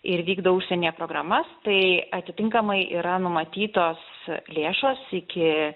ir vykdo užsienyje programas tai atitinkamai yra numatytos lėšos iki